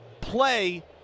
play